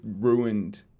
ruined